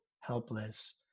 helpless